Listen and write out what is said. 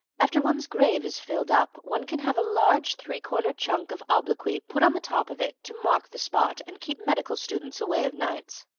after one's grave is filled up, one can have a large three-cornered chunk of obloquy put on the top of it to mark the spot and keep medical students away of nights.